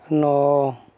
ନଅ